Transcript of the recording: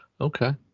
Okay